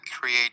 create